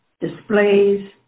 displays